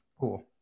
Cool